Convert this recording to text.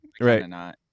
Right